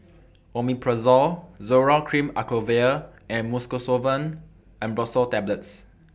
Omeprazole Zoral Cream Acyclovir and Mucosolvan Ambroxol Tablets